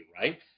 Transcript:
right